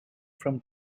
from